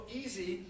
easy